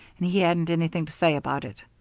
and he hadn't anything to say about it.